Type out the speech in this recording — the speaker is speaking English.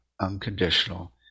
unconditional